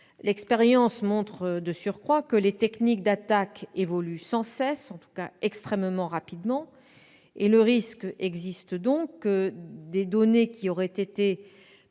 l'expérience montre que les techniques d'attaque évoluent sans cesse, en tout cas extrêmement rapidement. Le risque existe donc que des données qui auraient été préalablement